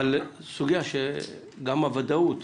זו סוגיה שגם הוודאות